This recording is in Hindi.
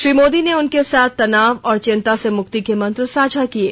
श्री मोदी ने उनके साथ तनाव और चिंता से मुक्ति के मंत्र साझा किये